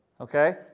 Okay